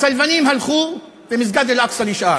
הצלבנים הלכו, ומסגד אל-אקצא נשאר.